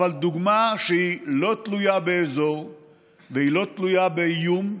אבל דוגמה שלא תלויה באזור והיא לא תלויה באיום,